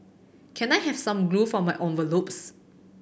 can I have some glue for my envelopes